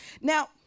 Now